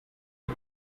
hit